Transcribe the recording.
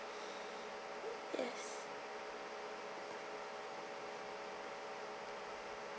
yes